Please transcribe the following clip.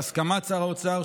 בהסכמת שר האוצר,